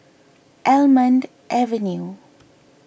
Almond Avenue